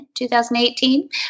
2018